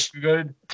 good